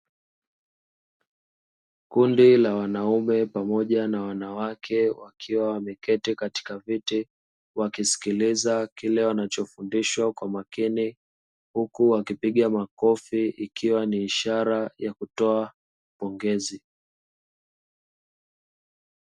Kundi la wanaume pamoja na wanawake wakiwa wameketi katika viti, wakiwa wanasikiliza kile kinachofundishwa kwa makini. Huku wakipiga makofi ikiwa ni ishara ya kutoa pongezi.